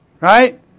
Right